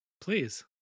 Please